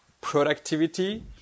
productivity